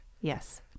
Yes